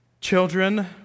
children